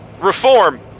Reform